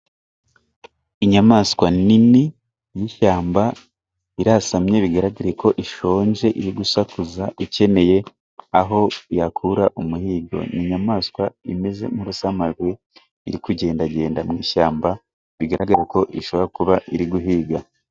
Inyamaswa nini y'ishyamba, irasamye bigaragare ko ishonje. Iri gusakuza, ikeneye aho yakura umuhigo. Ni inyamaswa imeze nk'urusamagwe iri kugendagenda mu ishyamba, bigaragare ko ishobora kuba iri guhiga.